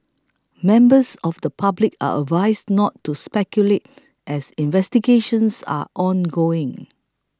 members of the public are advised not to speculate as investigations are ongoing